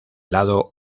lado